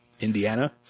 Indiana